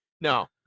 No